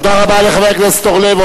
תודה רבה לחבר הכנסת אורלב.